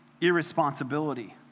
irresponsibility